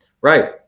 right